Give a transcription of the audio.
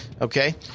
Okay